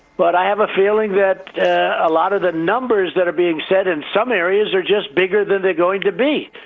but i have a feeling that a lot of the numbers that are being said in some areas are just bigger than they're going to be.